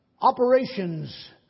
operations